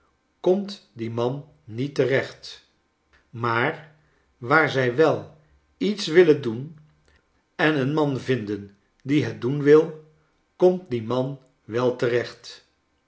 komt die man niet terecht maar waar zij wel iets willen doen en een man vinden die het doen wil komt die man wel terecht